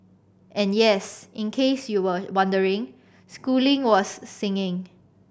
and yes in case you were wondering Schooling was singing